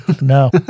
No